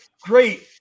great